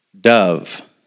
dove